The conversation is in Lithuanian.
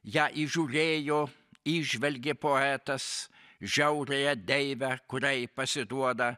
ją įžiūrėjo įžvelgė poetas žiauriąją deivę kuriai pasiduoda